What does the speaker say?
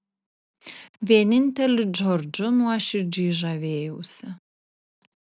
vieninteliu džordžu nuoširdžiai žavėjausi